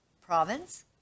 province